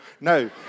No